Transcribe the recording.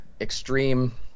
extreme